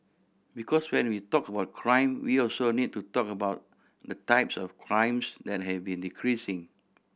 because when we talk about crime we also need to talk about the types of crimes that have been decreasing